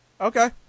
okay